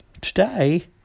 Today